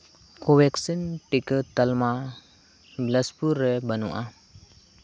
Covaxin ᱴᱤᱠᱟᱹ ᱛᱟᱞᱢᱟ ᱵᱤᱞᱟᱯᱩᱨ ᱨᱮ ᱵᱟᱹᱱᱩᱜᱼᱟ